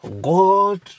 God